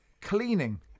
Cleaning